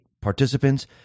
participants